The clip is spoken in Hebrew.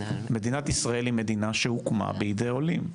מדינת ישראל היא מדינה שהוקמה בידי עולים,